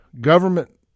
government